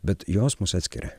bet jos mus atskiria